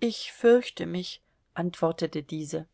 ich fürchte mich antwortete diese